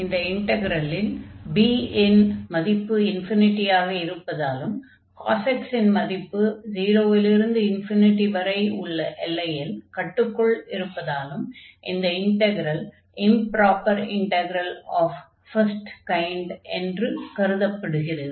இந்த இன்டக்ரலில் b இன் மதிப்பு ஆக இருப்பதாலும் x இன் மதிப்பு 0 இல் இருந்து வரை உள்ள எல்லையில் கட்டுக்குள் இருப்பதாலும் இந்த integral improper integral of first kind என்று கருதப்படுகிறது